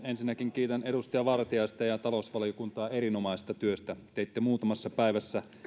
ensinnäkin kiitän edustaja vartiaista ja talousvaliokuntaa erinomaisesta työstä teitte muutamassa päivässä